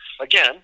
again